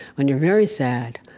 when you're very sad,